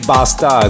Basta